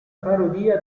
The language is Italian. parodia